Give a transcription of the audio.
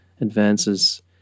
advances